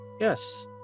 Yes